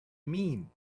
mean